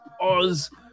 Oz